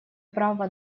права